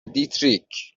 دیتریک